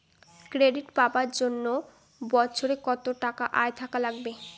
Credit পাবার জন্যে বছরে কত টাকা আয় থাকা লাগবে?